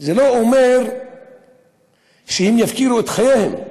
זה לא אומר שהם יפקירו את חייהם,